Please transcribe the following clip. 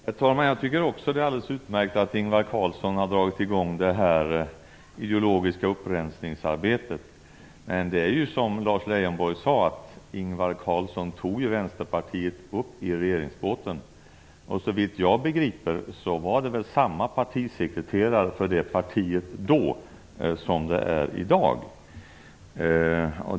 Herr talman! Jag tycker också att det är alldeles utmärkt att Ingvar Carlsson har dragit i gång det här ideologiska upprensningsarbetet. Men, som Lars Leijonborg sade, Ingvar Carlsson tog ju Vänsterpartiet upp i regeringsbåten. Såvitt jag begriper var det väl samma partisekreterare för det partiet då som det är i dag.